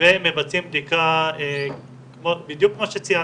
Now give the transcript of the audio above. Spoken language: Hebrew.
ומבצעים בדיקה, בדיוק כמו שציינת.